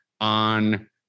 on